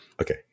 Okay